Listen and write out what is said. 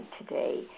today